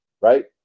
right